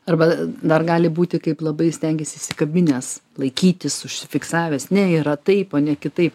arba dar gali būti kaip labai stengiesi įsikabinęs laikytis užfiksavęs ne yra taip o ne kitaip